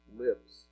lips